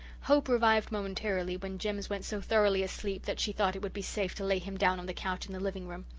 hope revived momentarily when jims went so thoroughly asleep that she thought it would be safe to lay him down on the couch in the living-room.